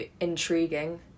intriguing